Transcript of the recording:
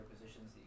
positions